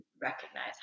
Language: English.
recognize